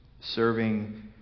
serving